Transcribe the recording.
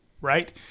right